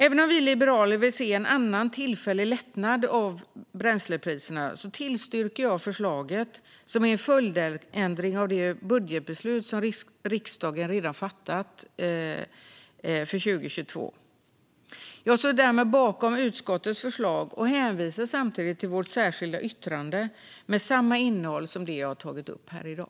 Även om vi liberaler vill se en annan tillfällig lättnad när det gäller bränslepriserna stöder jag förslaget, som är en följdändring av det budgetbeslut som riksdagen redan fattat för 2022. Jag står därmed bakom utskottets förslag och hänvisar samtidigt till vårt särskilda yttrande med samma innehåll som det jag har tagit upp här i dag.